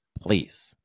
please